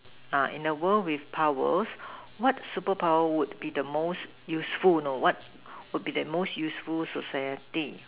ah in the world with the powers what the super power would be the most useful now what would be the most useful society